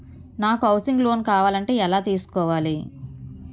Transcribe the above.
నాకు housing loan కావాలంటే ఎలా తీసుకోవాలి?